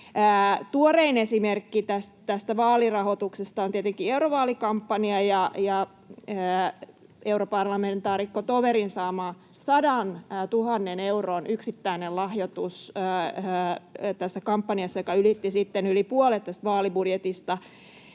Tuorein esimerkki tästä vaalirahoituksesta on tietenkin eurovaalikampanja ja europarlamentaarikko Toverin tässä kampanjassa saama 100 000 euron yksittäinen lahjoitus, joka ylitti sitten yli puolet tästä vaalibudjetista.